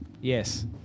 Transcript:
yes